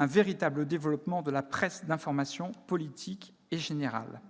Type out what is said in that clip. un véritable développement de la presse d'information politique et générale.